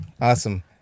awesome